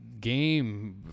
game